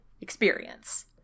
experience